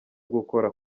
gukora